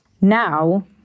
Now